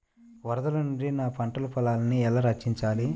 వరదల నుండి నా పంట పొలాలని ఎలా రక్షించాలి?